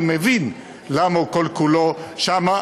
אני מבין למה הוא כל כולו שם,